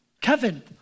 Kevin